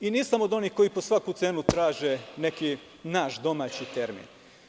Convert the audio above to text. Nisam od onih koji po svaku cenu traže neki naš domaći termin.